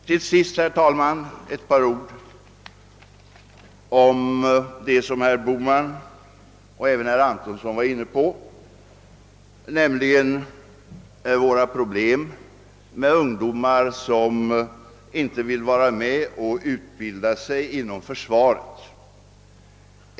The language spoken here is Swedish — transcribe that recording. Till sist, herr talman, ett par ord om det problem som herr Bohman och även herr Antonsson berörde, nämligen att en del ungdomar inte vill utbilda sig inom försvaret.